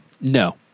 No